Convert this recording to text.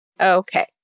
Okay